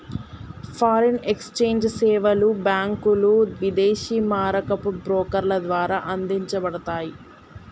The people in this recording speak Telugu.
ఫారిన్ ఎక్స్ఛేంజ్ సేవలు బ్యాంకులు, విదేశీ మారకపు బ్రోకర్ల ద్వారా అందించబడతయ్